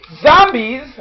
Zombies